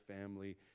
family